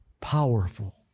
powerful